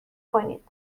کنید